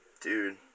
Dude